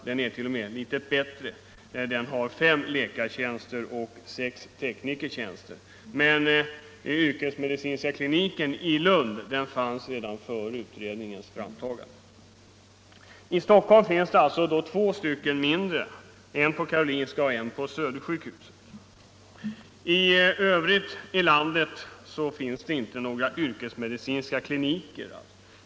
Ja, den är t.o.m. litet bättre. Man har där fem läkartjänster och sex teknikertjänster. Men denna yrkesmedicinska klinik i Lund fanns redan innan utredningen tillsattes. I Stockholm finns två mindre kliniker, en på Karolinska sjukhuset och en på Södersjukhuset. I det övriga landet finns inga yrkesmedicinska kliniker.